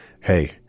Hey